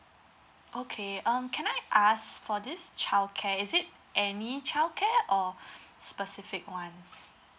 okay um can I ask for this childcare is it any childcare or specific ones